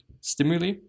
stimuli